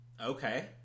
Okay